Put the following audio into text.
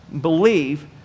believe